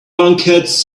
lunkheads